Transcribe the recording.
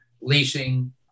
leasing